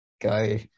go